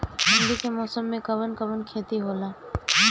ठंडी के मौसम में कवन कवन खेती होला?